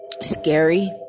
Scary